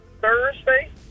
Thursday